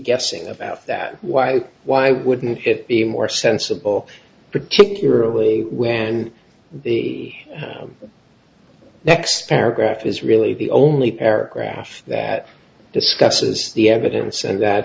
guessing about that why why wouldn't it be more sensible particularly when and next paragraph is really the only paragraph that discusses the evidence and that